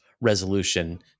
resolution